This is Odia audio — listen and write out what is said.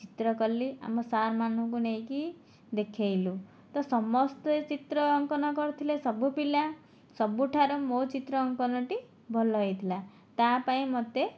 ଚିତ୍ର କଲି ଆମ ସାର୍ମାନଙ୍କୁ ନେଇକି ଦେଖାଇଲୁ ତ ସମସ୍ତେ ଚିତ୍ର ଅଙ୍କନ କରିଥିଲେ ସବୁପିଲା ସବୁଠାରୁ ମୋ ଚିତ୍ର ଅଙ୍କନଟି ଭଲ ହୋଇଥିଲା ତା'ପାଇଁ ମୋତେ